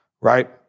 right